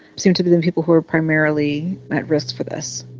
seem to be the people who are primarily at risk for this.